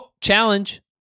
challenge